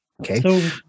Okay